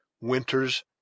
Winters